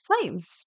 flames